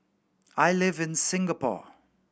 I live in Singapore